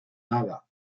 dada